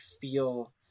feel